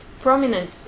prominent